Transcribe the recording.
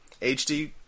HD